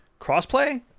Crossplay